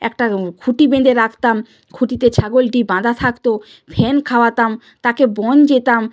একটা খুঁটি বেঁধে রাখতাম খুঁটিতে ছাগলটি বাঁধা থাকতো ফ্যান খাওয়াতাম তাকে বন যেতাম